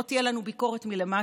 לא תהיה לנו ביקורת מלמטה.